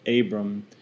Abram